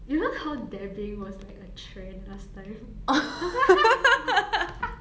you know how dabbing was like a trend last time